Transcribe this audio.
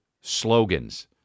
slogans